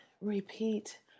repeat